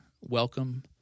welcome